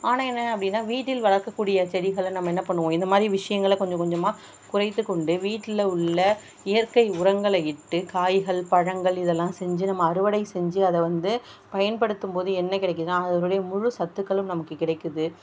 ஆனால் என்ன அப்படின்னா வீட்டில் வளர்க்கக்கூடிய செடிகளை நம்ம என்ன பண்ணுவோம் இந்த மாதிரி விஷயங்கள கொஞ்சம் கொஞ்சமாக குறைத்துக் கொண்டு வீட்டில் உள்ள இயற்கை உரங்களை இட்டு காய்கள் பழங்கள் இதலாம் செஞ்சு நம்ம அறுவடை செஞ்சு அதை வந்து பயன்படுத்தும்போது என்ன கிடைக்கிதுன்னா அதனுடைய முழு சத்துக்களும் நமக்கு கிடைக்கிது